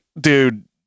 dude